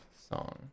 song